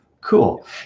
cool